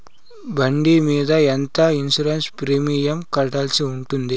బండి మీద ఎంత ఇన్సూరెన్సు ప్రీమియం కట్టాల్సి ఉంటుంది?